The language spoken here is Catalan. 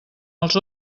els